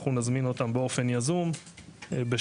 אנחנו נזמין אותם באופן יזום בשעות